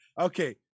Okay